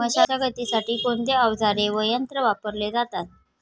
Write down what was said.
मशागतीसाठी कोणते अवजारे व यंत्र वापरले जातात?